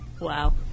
wow